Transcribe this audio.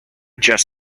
just